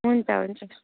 हुन्छ हुन्छ